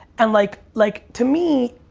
and like like, to me,